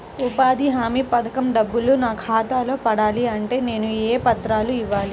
ఉపాధి హామీ పథకం డబ్బులు నా ఖాతాలో పడాలి అంటే నేను ఏ పత్రాలు ఇవ్వాలి?